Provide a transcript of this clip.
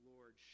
Lord